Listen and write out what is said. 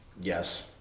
Yes